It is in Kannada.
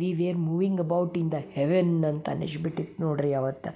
we were moving about in the heaven ಅಂತ ಅನಿಸ್ಬಿಟ್ಟಿತ್ ನೋಡ್ರಿ ಅವತ್ತು